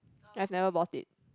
I've never bought it